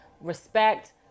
respect